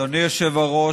אדוני היושב-ראש,